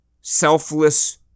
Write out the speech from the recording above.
selfless